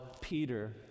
Peter